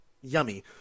Yummy